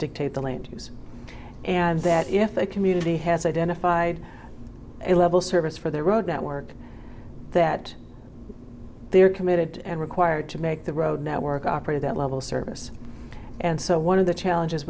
dictate the land use and that if a community has identified a level service for the road network that they're committed and required to make the road network operator that level service and so one of the challenges